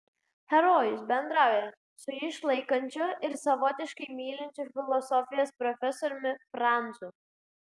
herojus bendrauja su jį išlaikančiu ir savotiškai mylinčiu filosofijos profesoriumi franzu